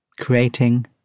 Creating